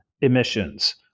emissions